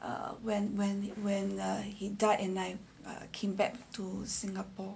err when when when he died and I came back to singapore